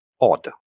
odd